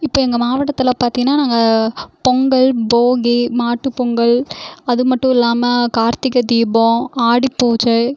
இப்போ எங்கள் மாவட்டத்தில் பார்த்தீங்கன்னா நாங்கள் பொங்கல் போகி மாட்டுப் பொங்கல் அதுமட்டும் இல்லாமல் கார்த்திகை தீபம் ஆடி பூஜை